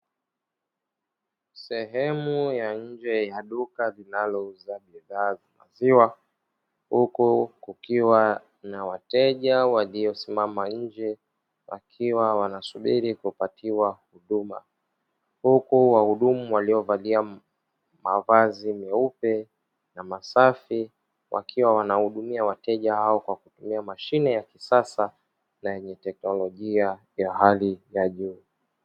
Sehemu ya nje ya duka linalouza bidhaa za maziwa, huku kukiwa na wateja waliosimama nje; wakiwa wanasubiri kupatiwa huduma huku wahudumu waliovalia mavazi meupe na masafi, wakiwa wanahudumia wateja hao kwa kutumia mashine ya kisasa na yenye teknolojia ya hali ya juu.